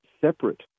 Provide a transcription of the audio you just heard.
separate